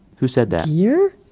who said that? gear?